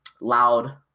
loud